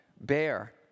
bear